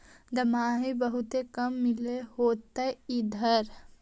दमाहि बहुते काम मिल होतो इधर?